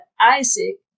Isaac